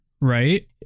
right